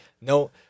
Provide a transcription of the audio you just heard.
no